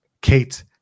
Kate